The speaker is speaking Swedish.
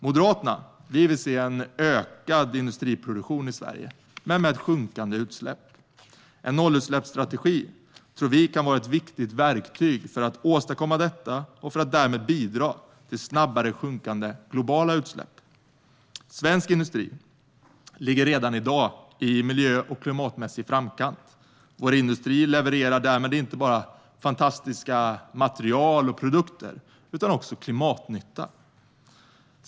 Moderaterna vill se en ökad industriproduktion i Sverige, men med minskande utsläpp. En nollutsläppsstrategi tror vi kan vara ett viktigt verktyg för att åstadkomma detta och för att därmed bidra till snabbare minskande globala utsläpp. Svensk industri ligger redan i dag i miljö och klimatmässig framkant. Våra industrier levererar därmed inte bara fantastiska material och produkter utan också klimatnytta.